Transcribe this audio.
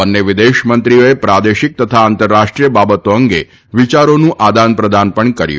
બંન્નાવિદેશમંત્રીઓએ પ્રાદેશિક તથા આંતરરાષ્ટ્રીય બાબતો અંગવિયારોનું આદાન પ્રદાન પણ કર્યું